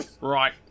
Right